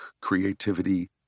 creativity